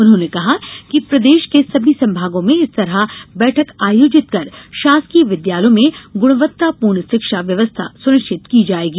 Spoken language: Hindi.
उन्होंने कहा कि प्रदेश के सभी संभागों में इस तरह बैठक आयोजित कर शासकीय विद्यालयों में गुणवत्तापूर्ण शिक्षा व्यवस्था सुनिश्चित की जायेगी